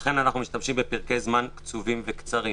לכן אנו משתמשים בפרקי זמן קצרים וקצובים.